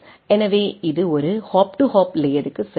எனவே இது ஒரு ஹாப் டு ஹாப் லேயருக்கு செல்கிறது